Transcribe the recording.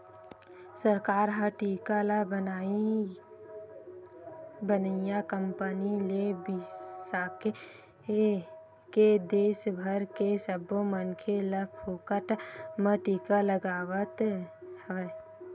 सरकार ह टीका ल बनइया कंपनी ले बिसाके के देस भर के सब्बो मनखे ल फोकट म टीका लगवावत हवय